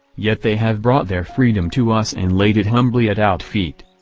yet they have brought their freedom to us and laid it humbly at out feet.